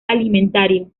alimentario